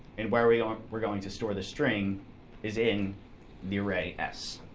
and where we're you know um we're going to store this string is in the array s.